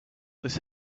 this